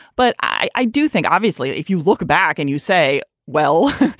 but i do think, obviously, if you look back and you say, well,